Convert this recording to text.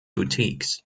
boutiques